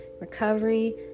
recovery